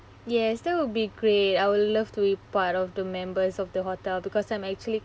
yes that will be great I will love to be part of the members of the hotel because I'm actually